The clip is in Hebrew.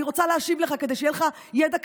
אני רוצה להשיב לך כדי שיהיה לך ידע כללי,